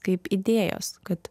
kaip idėjos kad